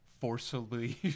forcibly